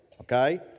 Okay